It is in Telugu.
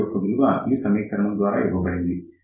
out యొక్క విలువ ఈ సమీకరణం ద్వారా ఇవ్వబడింది